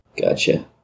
Gotcha